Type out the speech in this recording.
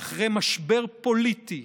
ואחרי משבר פוליטי,